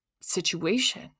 situation